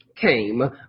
came